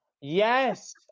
yes